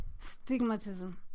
stigmatism